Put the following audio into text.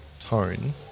tone